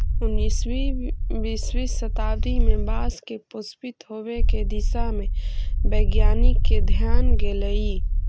उन्नीसवीं बीसवीं शताब्दी में बाँस के पुष्पित होवे के दिशा में वैज्ञानिक के ध्यान गेलई